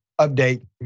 update